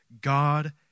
God